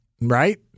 right